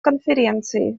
конференции